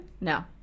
No